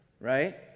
right